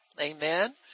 Amen